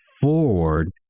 forward